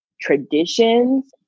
traditions